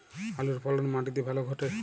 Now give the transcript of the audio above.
আলুর ফলন মাটি তে ভালো ঘটে?